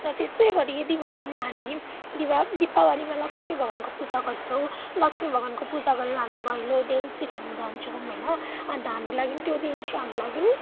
र त्यसै गरी दिवालीमा हामी दिवा दिपावलीमा लक्ष्मी भगवान्को पूजा गर्छौँ लक्ष्मी भभगवान्को पूजा गरेर हामी भैलो देउसी खेल्न जान्छौँ होइन अन्त हाम्रो लागि त्यो दिन चाहिँ हाम्रो लागि